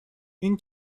این